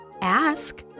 ask